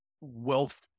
wealth